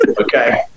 okay